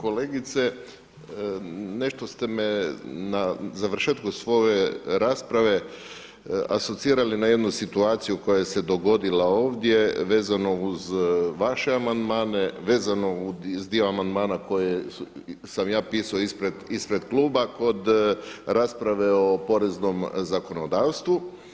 Poštovana kolegice, nešto ste me na završetku svoje rasprave asocirali na jednu situaciju koja se dogodila ovdje vezano uz vaše amandmane, vezano i uz dio amandmana koje sam ja pisao ispred kluba kod rasprave o poreznom zakonodavstvu.